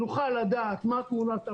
נוכל לדעת מה תמונת המצב,